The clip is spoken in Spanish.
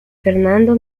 fernando